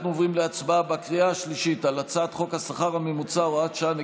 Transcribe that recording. אנחנו עוברים להצבעה בקריאה שלישית על הצעת חוק השכר הממוצע (הוראת שעה,